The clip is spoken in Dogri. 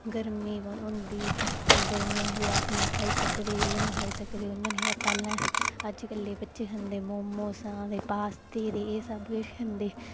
गर्मी होंदी गर्मी च आखदे अस नेईं खाई सकदे ते कदें एह नेईं खाई सकदे ओह् नेईं ते अजकल दे बच्चे खंदे मोमोस पास्ते ते एह सब किश खंदे ते